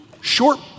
short